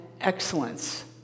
excellence